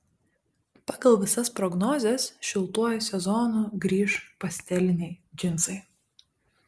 pagal visas prognozes šiltuoju sezonu grįš pasteliniai džinsai